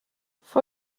for